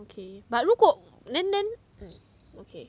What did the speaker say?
okay but 如果 then then okay